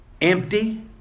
empty